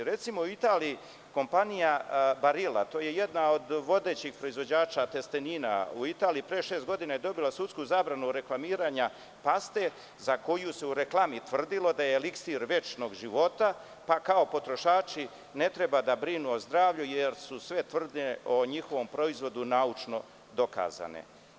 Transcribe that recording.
Recimo, u Italiji, kompanija „Barila“, to je jedan od vodećih proizvođača testenina u Italiji, pre šest godina je dobila sudsku zabranu reklamiranja paste za koju se u reklamu tvrdilo da je eliksir večnog života, pa kao potrošači ne treba da brinu o zdravlju, jer su sve tvrdnje o njihovom proizvodu naučno dokazane.